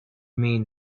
mean